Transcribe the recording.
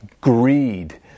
greed